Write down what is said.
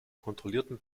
kontrollierten